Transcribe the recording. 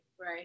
right